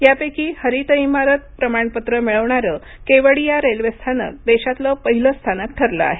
या पैकी हरित इमारत प्रमाणपत्र मिळवणारं केवडिया रेल्वे स्थानक देशातलं पहिलं स्थानक ठरलं आहे